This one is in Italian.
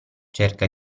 cerca